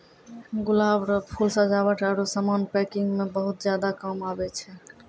गुलाब रो फूल सजावट आरु समान पैकिंग मे बहुत ज्यादा काम आबै छै